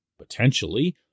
potentially